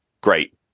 great